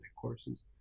courses